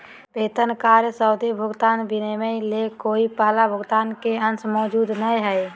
वेतन कार्य संबंधी भुगतान विनिमय ले कोय पहला भुगतान के अंश मौजूद नय हइ